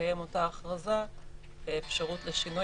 ובהתקיים אותה הכרזה לאפשרות לשינוי